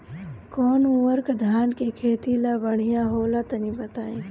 कौन उर्वरक धान के खेती ला बढ़िया होला तनी बताई?